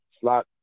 slot